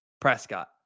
Prescott